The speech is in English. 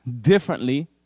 differently